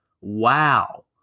Wow